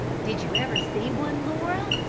did you ever see one, laura?